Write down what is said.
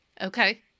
Okay